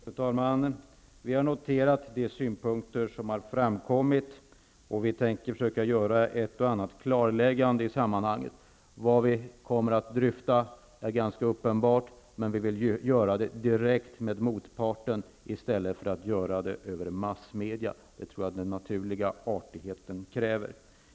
Fru talman! Vi har noterat de synpunkter som har framkommit, och vi skall försöka göra ett och annat klarläggande i sammanhanget. Vad vi kommer att dryfta är ganska uppenbart. Dock vill vi dryfta de här sakerna direkt med motparten, inte via massmedia. Jag tror att naturlig artighet kräver det.